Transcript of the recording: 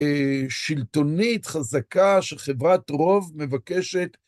אה.. שלטונית חזקה שחברת רוב מבקשת